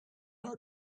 our